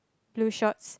blue shorts